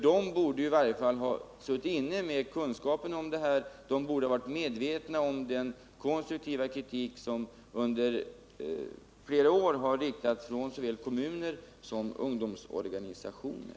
Den om någon borde ha suttit inne med kunskaperna i detta sammanhang och borde ha varit medveten om den konstruktiva kritik som under flera år har riktats mot såväl kommuner som ungdomsorganisationer.